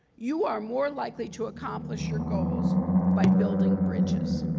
you are more likely to accomplish your goals by building bridges.